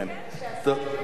שעשה לילות כימים.